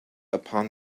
upon